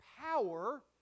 power